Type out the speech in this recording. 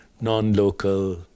non-local